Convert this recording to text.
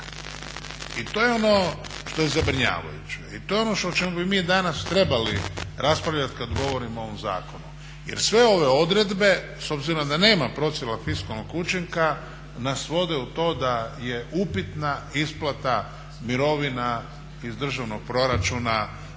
I to je ono što je zabrinjavajuće, i to je ono o čemu bi mi danas trebali raspravljati kad govorimo o ovom zakonu. Jer sve ove odredbe s obzirom da nema procjene fiskalnog učinka nas vode u to da je upitna isplata mirovina iz državnog proračuna